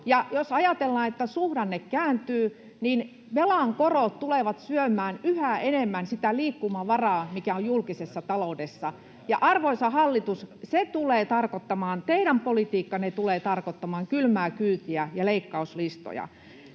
jos ajatellaan, että suhdanne kääntyy, niin velan korot tulevat syömään yhä enemmän sitä liikkumavaraa, mikä on julkisessa taloudessa. Ja, arvoisa hallitus, teidän politiikkanne tulee tarkoittamaan kylmää kyytiä ja leikkauslistoja.